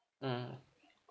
mm